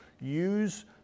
use